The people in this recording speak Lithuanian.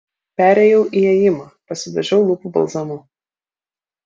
perėjau į ėjimą pasidažiau lūpų balzamu